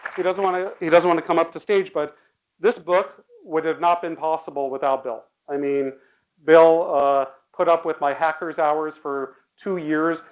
he doesn't want to, he doesn't want to come up to stage, but this book would have not been possible without bill. i mean bill ah put up with my hacker's hours for two years.